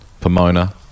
Pomona